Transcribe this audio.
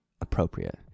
appropriate